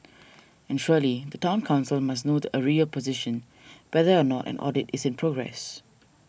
and surely the Town Council must know the arrears position whether or not an audit is in progress